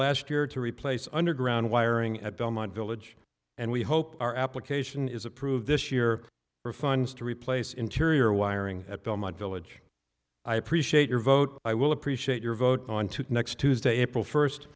last here to replace underground wiring at belmont village and we hope our application is approved this year for funds to replace interior wiring at belmont village i appreciate your vote i will appreciate your vote on to next tuesday april first